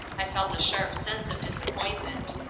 i felt a sharp sense of disappointment.